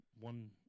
one